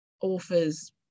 authors